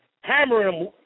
hammering